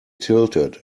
tilted